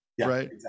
right